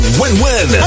win-win